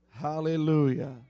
hallelujah